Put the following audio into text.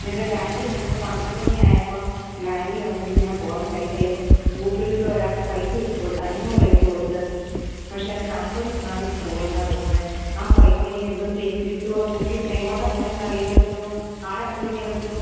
ഇന്നലെ ബാങ്കിൽ വന്നു പന്ത്രണ്ട് മണിയായപ്പം ബാങ്കിൽ വന്നിട്ട് ഞാൻ പോകുന്ന വഴിക്ക് ഗൂഗിൾ പേ ഒരാൾക്ക് പൈസ ഇട്ടു കൊടുത്തു അഞ്ഞൂറ് രൂപ ഇട്ടു കൊടുത്തു പക്ഷേ അത് നമ്പര് മാറിപ്പോയെന്നാണ് തോന്നുന്നത് ആ പൈസ ഇനി എന്തോ ചെയ്യും കിട്ടുവോ അതൊ ബുക്കി എങ്ങോട്ടാ പോയതെന്ന് അറിയാൻ പറ്റുമോ ആളെ കണ്ടുപിടിക്കാൻ പറ്റുവോ